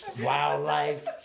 wildlife